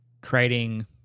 creating